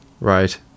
right